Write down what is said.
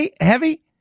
heavy